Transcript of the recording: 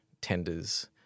tenders